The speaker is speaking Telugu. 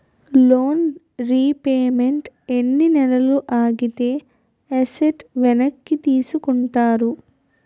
లోన్ రీపేమెంట్ ఎన్ని నెలలు ఆగితే ఎసట్ వెనక్కి తీసుకుంటారు?